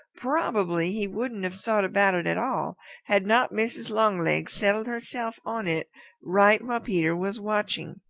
probably he wouldn't have thought about it at all had not mrs. longlegs settled herself on it right while peter was watching.